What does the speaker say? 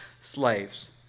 slaves